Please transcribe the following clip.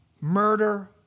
murder